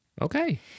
Okay